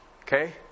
okay